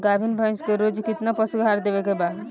गाभीन भैंस के रोज कितना पशु आहार देवे के बा?